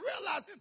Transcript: realize